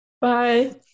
Bye